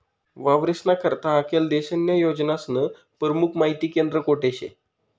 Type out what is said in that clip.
वावरेस्ना करता आखेल देशन्या योजनास्नं परमुख माहिती केंद्र कोठे शे?